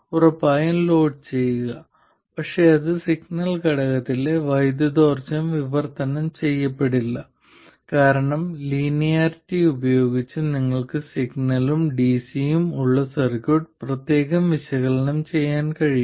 ഉറപ്പായും ലോഡ് ചെയ്യുക പക്ഷേ അത് സിഗ്നൽ ഘടകത്തിലെ വൈദ്യുതിയോർജ്ജം വിവർത്തനം ചെയ്യപ്പെടില്ല കാരണം ലീനിയറിറ്റി ഉപയോഗിച്ച് നിങ്ങൾക്ക് സിഗ്നലും ഡിസിയും ഉള്ള സർക്യൂട്ട് പ്രത്യേകം വിശകലനം ചെയ്യാൻ കഴിയും